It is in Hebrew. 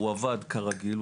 הוא עבד כרגיל,